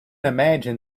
imagine